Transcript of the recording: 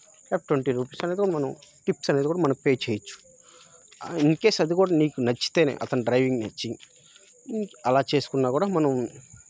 లేకపోతే twenty rupees అనేది కూడా మనం టిప్స్ అనేది కూడా మనం పే చేయవచ్చు ఇన్కేస్ అది కూడా నీకు నచ్చితేనే అతను డ్రైవింగ్ నచ్చి అలా చేసుకున్నా కూడా మనం